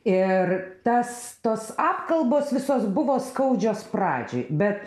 ir tas tos apkalbos visos buvo skaudžios pradžioj bet